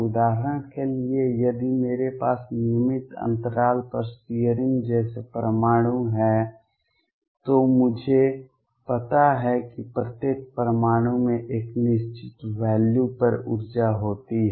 उदाहरण के लिए यदि मेरे पास नियमित अंतराल पर सियरिंग जैसे परमाणु हैं तो मुझे पता है कि प्रत्येक परमाणु में एक निश्चित वैल्यू पर ऊर्जा होती है